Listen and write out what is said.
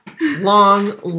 long